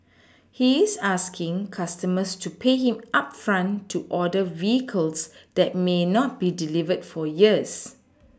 he's asking customers to pay him upfront to order vehicles that may not be delivered for years